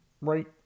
right